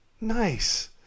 Nice